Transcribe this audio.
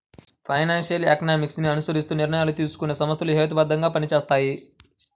financial economics ని అనుసరిస్తూ నిర్ణయాలు తీసుకునే సంస్థలు హేతుబద్ధంగా పనిచేస్తాయి